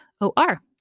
O-R